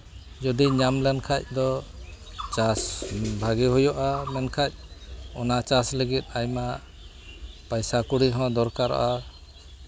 ᱡᱩᱫᱤ ᱧᱟᱢ ᱞᱮᱱᱠᱷᱟᱡ ᱫᱚ ᱪᱟᱥ ᱵᱷᱟᱜᱮ ᱦᱩᱭᱩᱜᱼᱟ ᱢᱮᱱᱠᱷᱟᱡ ᱚᱱᱟ ᱪᱟᱥ ᱞᱟᱹᱜᱤᱫ ᱟᱭᱢᱟ ᱯᱚᱭᱥᱟ ᱠᱚᱲᱤ ᱦᱚᱸ ᱫᱚᱨᱠᱟᱨᱚᱜᱼᱟ